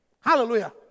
Hallelujah